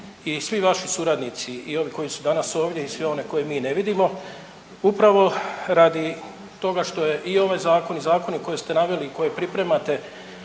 i svi vaši suradnici i ovi koji su danas ovdje i svi one koje mi ne vidimo upravo radi toga što je i ovaj zakon i zakone koje ste naveli i koje pripremate